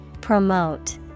Promote